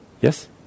Yes